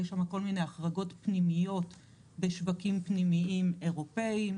יש שם כל מיני החרגות פנימיות בשווקים פנימיים אירופיים,